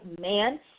man